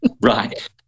right